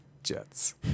Jets